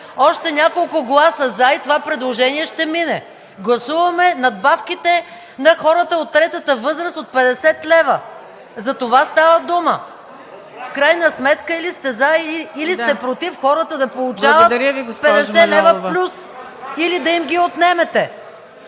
Още няколко гласа за и това предложение ще мине. Гласуваме надбавките от 50 лв. на хората от третата възраст, за това става дума. В крайна сметка за ли сте, или сте против хората да получават 50 лв. плюс, или да им ги отнемете.